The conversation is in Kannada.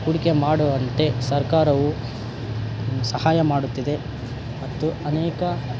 ಹೂಡಿಕೆ ಮಾಡುವಂತೆ ಸರ್ಕಾರವು ಸಹಾಯ ಮಾಡುತ್ತಿದೆ ಮತ್ತು ಅನೇಕ